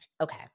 Okay